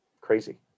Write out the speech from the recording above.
crazy